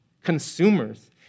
consumers